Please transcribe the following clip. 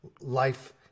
life